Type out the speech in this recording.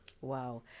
Wow